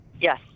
Yes